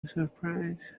surprise